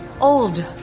old